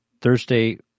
Thursday